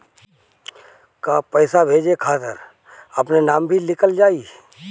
का पैसा भेजे खातिर अपने नाम भी लिकल जाइ?